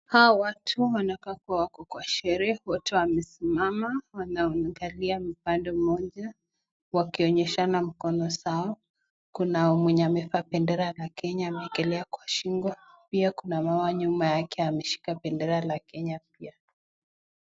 Hawa watu Wanaka kuwa wako kwa shere, wote wanesimama, wanaangalia upande mmoja Wakionyeshana mkono zao, Kuna mwenye amevaa bendera la Kenya amewekelea kwa shingo. Pia Kuna mama nyuma yake ameshika bendera la Kenya pia.